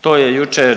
To je jučer